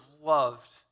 loved